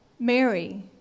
Mary